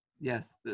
Yes